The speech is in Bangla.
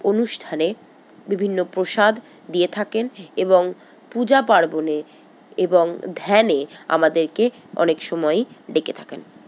অনুষ্ঠানে বিভিন্ন প্রসাদ দিয়ে থাকেন এবং পূজা পার্বণে এবং ধ্যানে আমাদেরকে অনেক সময়ই ডেকে থাকেন